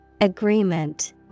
Agreement